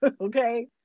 okay